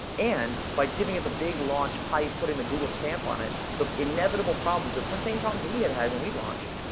and by giving it the big launch hype, putting the google stamp on it, the inevitable problems, the ah same problems we had had when we launched,